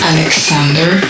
Alexander